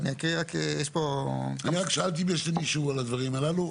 אני רק שאלתי אם יש למישהו הערות על הדברים הללו,